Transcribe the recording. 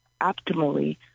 optimally